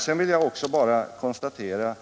Sedan vill jag konstatera